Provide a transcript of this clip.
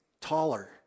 taller